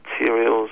materials